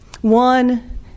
One